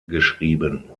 geschrieben